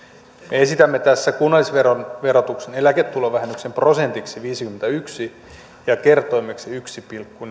esitämme tässä kunnallisveron verotuksen eläketulovähennyksen prosentiksi viisikymmentäyksi ja kertoimeksi yhden pilkku